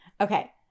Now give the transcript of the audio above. Okay